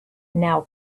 now